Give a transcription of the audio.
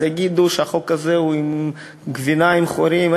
אז יגידו שהחוק הזה הוא גבינה עם חורים,